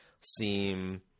seem